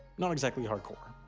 not exactly hardcore,